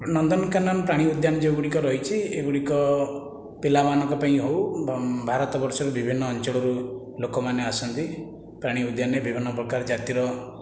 ନନ୍ଦନକାନନ ପ୍ରାଣୀ ଉଦ୍ୟାନ ଯେଉଁ ଗୁଡ଼ିକ ରହିଛି ଏଗୁଡ଼ିକ ପିଲାମାନଙ୍କ ପାଇଁ ହେଉ ଭାରତ ବର୍ଷର ବିଭିନ୍ନ ଅଞ୍ଚଳରୁ ଲୋକମାନେ ଆସନ୍ତି ପ୍ରାଣୀ ଉଦ୍ୟାନରେ ବିଭିନ୍ନ ପ୍ରକାର ଜାତିର